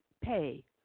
pay